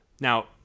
Now